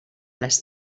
les